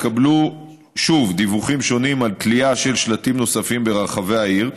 התקבלו שוב דיווחים שונים על תלייה של שלטים נוספים ברחבי העיר,